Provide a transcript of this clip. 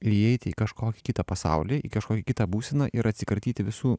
įeiti į kažkokį kitą pasaulį į kažkokią kitą būseną ir atsikratyti visų